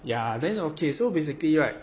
ya then okay so basically right